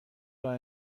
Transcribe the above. راه